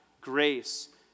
grace